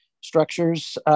structures